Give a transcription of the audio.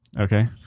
Okay